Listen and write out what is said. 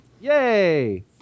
Yay